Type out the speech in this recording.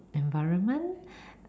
environment